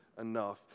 enough